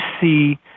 see